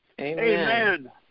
Amen